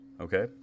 Okay